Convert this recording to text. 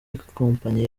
ikompanyi